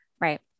Right